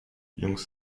jungs